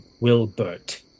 Wilbert